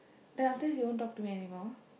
then after this you won't talk to me anymore